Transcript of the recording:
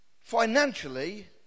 financially